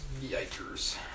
yikers